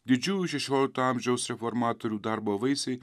didžiųjų šešiolikto amžiaus reformatorių darbo vaisiai